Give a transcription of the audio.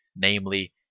namely